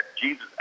Jesus